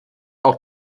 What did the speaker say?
auch